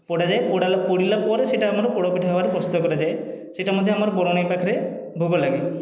ପୋଡ଼ାଯାଏ ପୋଡ଼ିଲା ପରେ ସେଇଟା ଆମର ପୋଡ଼ପିଠା ଭାବରେ ପ୍ରସ୍ତୁତ କରାଯାଏ ସେଇଟା ମଧ୍ୟ ଆମର ବରୁଣେଇଙ୍କ ପାଖରେ ଭୋଗ ଲାଗେ